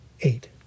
Eight